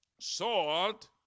salt